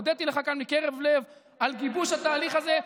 הודיתי לך כאן מקרב לב על גיבוש התהליך הזה,